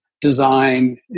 design